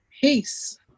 Peace